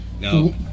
no